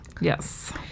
Yes